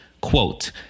Quote